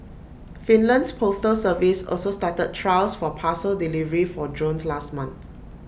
Finland's postal service also started trials for parcel delivery for drones last month